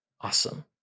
awesome